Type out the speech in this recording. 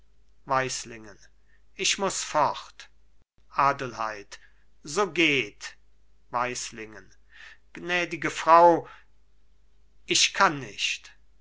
weislingen ich muß fort adelheid so geht weislingen gnädige frau ich kann nicht